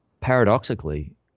paradoxically